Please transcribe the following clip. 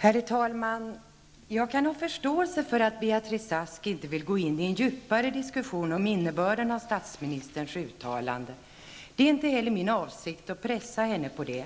Herr talman! Jag kan ha förståelse för att Beatrice Ask inte vill gå in i en djupare diskussion om innebörden av statsministerns uttalande. Det är inte heller min avsikt att pressa henne på det.